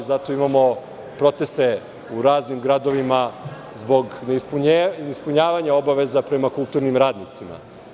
Zato imamo proteste u raznim gradovima zbog neispunjavanja obaveza prema kulturnim radnicima.